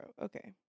Okay